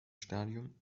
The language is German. stadium